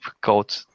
code